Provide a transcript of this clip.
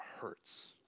hurts